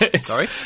sorry